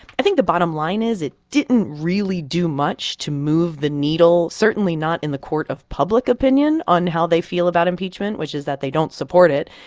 i think the bottom line is it didn't really do much to move the needle, certainly not in the court of public opinion on how they feel about impeachment, which is that they don't support it.